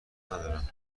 ندارن